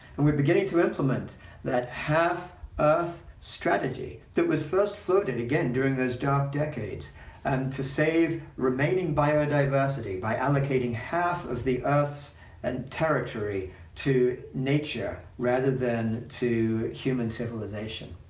and we're beginning to implement that half earth strategy that was first floated, again, during those dark decades and to save remaining biodiversity by allocating half of the earth's and territory to nature rather than to human civilization.